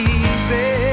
easy